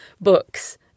books